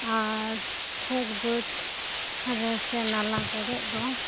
ᱟᱨ ᱠᱷᱮᱛ ᱵᱟᱹᱫᱽ ᱨᱮ ᱥᱮ ᱱᱟᱞᱟ ᱠᱚᱨᱮᱜ ᱫᱚ